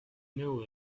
know